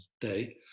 Day